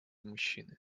мужчины